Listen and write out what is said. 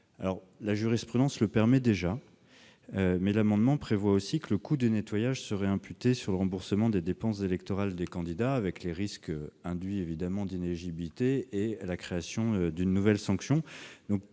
la jurisprudence le permet déjà -, mais il prévoit aussi que le coût du nettoyage serait imputé sur le remboursement des dépenses électorales des candidats, avec les risques induits d'inéligibilité et la création d'une nouvelle sanction.